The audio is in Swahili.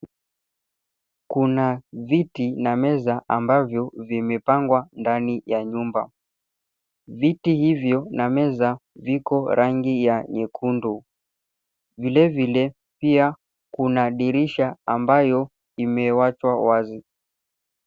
Kuna viti na meza ambavyo vimepangwa ndani ya nyumba . Viti hivyo na meza viko rangi ya nyekundu. Vile vile, pia kuna dirisha ambayo imewachwa wazi.